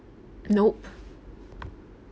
nope